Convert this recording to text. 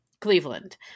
Cleveland